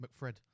McFred